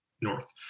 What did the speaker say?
north